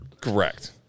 Correct